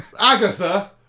Agatha